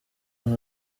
aho